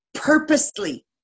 Purposely